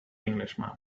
englishman